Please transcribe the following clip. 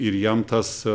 ir jam tas